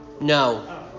No